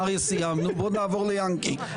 עם אריה סיימנו, בואו נעבור לינקי.